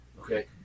Okay